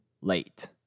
late